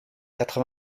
quatre